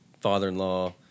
father-in-law